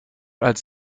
als